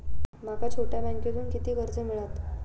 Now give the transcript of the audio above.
माका छोट्या बँकेतून किती कर्ज मिळात?